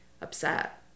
upset